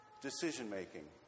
decision-making